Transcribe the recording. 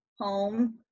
home